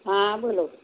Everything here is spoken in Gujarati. હા બોલો